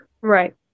Right